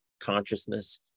consciousness